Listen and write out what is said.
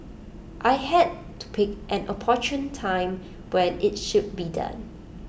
I had to pick an opportune time when IT should be done